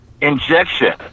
injection